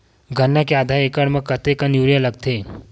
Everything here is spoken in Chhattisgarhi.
गन्ना के आधा एकड़ म कतेकन यूरिया लगथे?